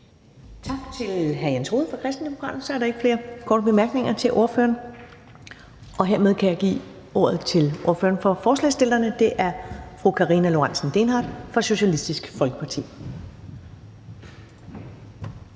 Tak til hr. Jens Rohde fra Kristendemokraterne. Så er der ikke flere korte bemærkninger til ordføreren, og hermed kan jeg give ordet til ordføreren for forslagsstillerne. Det er fru Karina Lorentzen Dehnhardt fra Socialistisk Folkeparti.